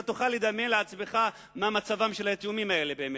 אתה תוכל לדמיין לעצמך מה מצבם של היתומים האלה באמת.